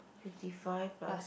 fifty five plus